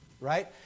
right